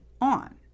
on